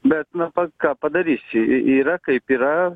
bet na ką padarysi yra kaip yra